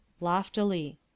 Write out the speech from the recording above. Loftily